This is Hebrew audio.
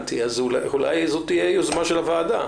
אולי זאת תהיה יוזמה של הוועדה.